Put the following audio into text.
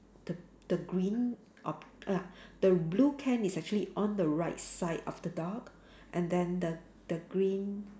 the the green ob~ uh the blue can is actually on the right side of the dog and then the the green